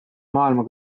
maailma